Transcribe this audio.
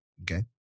Okay